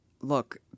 Look